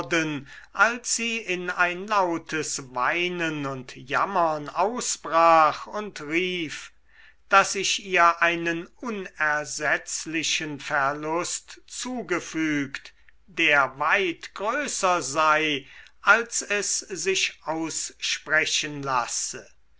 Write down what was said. als sie in ein lautes weinen und jammern ausbrach und rief daß ich ihr einen unersetzlichen verlust zugefügt der weit größer sei als es sich aussprechen lasse